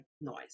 noise